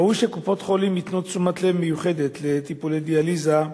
ראוי שקופות-החולים ייתנו תשומת לב מיוחדת לטיפולי דיאליזה,